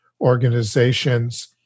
organizations